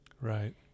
Right